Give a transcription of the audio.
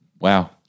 Wow